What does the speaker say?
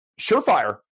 surefire